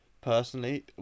personally